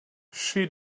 she